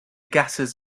gases